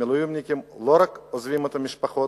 המילואימניקים לא רק עוזבים את המשפחות,